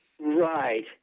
Right